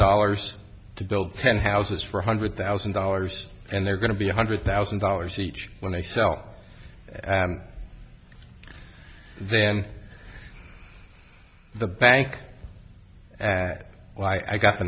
dollars to build ten houses for hundred thousand dollars and they're going to be one hundred thousand dollars each when they sell and then the bank well i got the